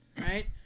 right